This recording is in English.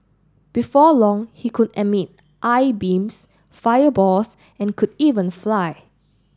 before long he could emit eye beams fireballs and could even fly